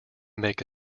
make